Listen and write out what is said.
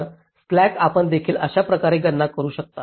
तर स्लॅक आपण देखील अशाच प्रकारे गणना करू शकता